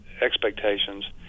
expectations